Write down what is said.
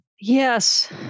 Yes